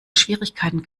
schwierigkeiten